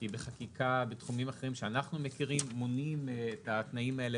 כי בחקיקה בתחומים אחרים שאנחנו מכירים מונים את התנאים האלה